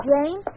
Jane